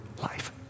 life